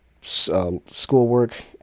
schoolwork